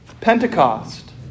Pentecost